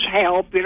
help